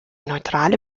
neutrale